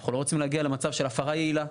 אנחנו לא רוצים להגיע למצב של הפרה יעילה.